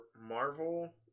Marvel